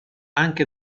anche